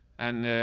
and ah,